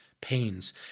pains